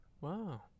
Wow